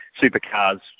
supercars